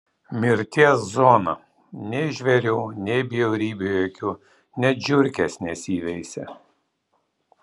mirties zona nei žvėrių nei bjaurybių jokių net žiurkės nesiveisia